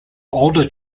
older